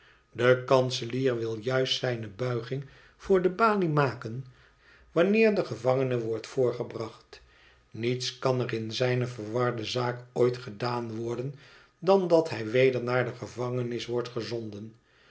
de kanselier wil juist zijne buiging voor de balie maken wanneer de gevangene wordt voorgebracht niets kan er in zijne verwarde zaak ooit gedaan worden dan dat hij weder naar de gevangenis wordt gezonden